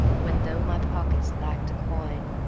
when, though my pockets lacked a coin,